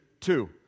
Two